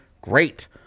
great